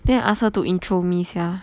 then I ask her to intro me sia